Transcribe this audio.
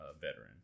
veteran